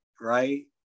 right